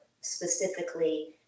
specifically